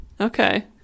Okay